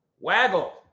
waggle